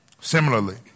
similarly